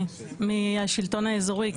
אני מהשלטון האזורי,